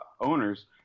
owners